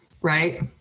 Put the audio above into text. right